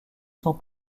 sont